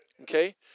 Okay